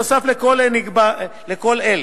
נוסף על כל אלה,